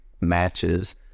matches